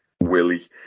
Willie